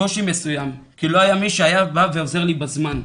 קושי מסוים, כי לא היה מי שהיה בא ועוזר לי בזמן.